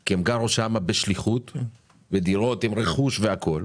כי הם גרו שם בשליחות בדירות עם רכוש והכול.